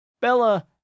Bella